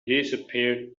disappeared